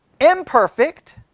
imperfect